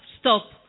stop